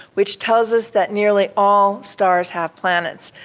which tells us that nearly all stars have planets.